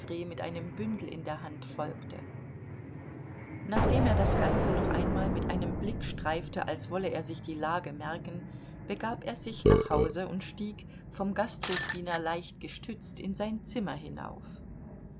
mit einem bündel in der hand folgte nachdem er das ganze noch einmal mit einem blick streifte als wollte er sich die lage merken begab er sich nach hause und stieg vom gasthofdiener leicht gestützt in sein zimmer hinauf